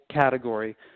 category